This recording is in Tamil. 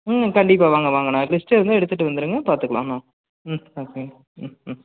ம் கண்டிப்பாக வாங்க வாங்கண்ணா லிஸ்ட் இருந்தால் எடுத்துட்டு வந்துடுங்க பார்த்துக்கலாண்ணா ம் ஆ ம் ம் ம்